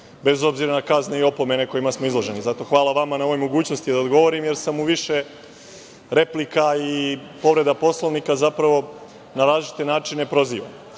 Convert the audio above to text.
bez obzira na kazne i opomene kojima smo izloženi. Zato hvala vama na ovoj mogućnosti da odgovorim, jer sam u više replika i povreda Poslovnika na različite načine